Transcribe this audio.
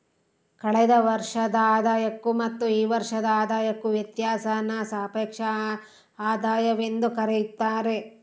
ಕಳೆದ ವರ್ಷದ ಆದಾಯಕ್ಕೂ ಮತ್ತು ಈ ವರ್ಷದ ಆದಾಯಕ್ಕೂ ವ್ಯತ್ಯಾಸಾನ ಸಾಪೇಕ್ಷ ಆದಾಯವೆಂದು ಕರೆಯುತ್ತಾರೆ